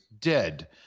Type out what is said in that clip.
dead